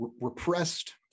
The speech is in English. repressed